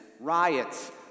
riots